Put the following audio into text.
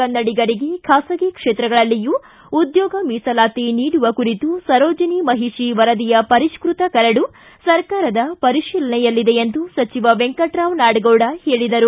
ಕನ್ನಡಿಗರಿಗೆ ಖಾಸಗಿ ಕ್ಷೇತ್ರಗಳಲ್ಲಿಯೂ ಉದ್ಯೋಗ ಮೀಸಲಾತಿ ನೀಡುವ ಕುರಿತು ಸರೋಜಿನಿ ಮಹಿಷಿ ವರದಿಯ ಪರಿಷ್ಣತ ಕರಡು ಸರ್ಕಾರದ ಪರಿಶೀಲನೆಯಲ್ಲಿದೆ ಎಂದು ಸಚಿವ ವೆಂಕಟರಾವ್ ನಾಡಗೌಡ ಹೇಳಿದರು